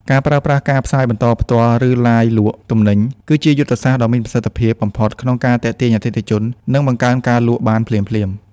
ការប្រើប្រាស់ការផ្សាយបន្តផ្ទាល់ ឬឡាយលក់ទំនិញ គឺជាយុទ្ធសាស្ត្រដ៏មានប្រសិទ្ធភាពបំផុតក្នុងការទាក់ទាញអតិថិជន និងបង្កើនការលក់បានភ្លាមៗ។